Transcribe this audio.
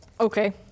Okay